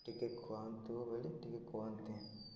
ଟିକେ କୁହନ୍ତୁ ବୋଲି ଟିକେ କୁହନ୍ତି